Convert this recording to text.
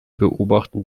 beobachten